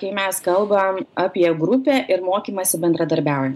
kai mes kalbam apie grupę ir mokymąsi bendradarbiaujan